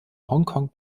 hongkong